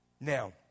Now